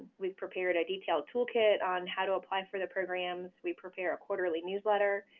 we've prepared a detailed toolkit on how to apply for the programs. we prepare a quarterly newsletter.